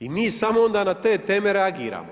I mi samo onda na te teme reagiramo.